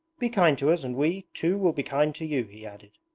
be kind to us and we, too will be kind to you he added.